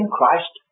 Christ